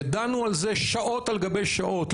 ודנו על זה שעות על גבי שעות,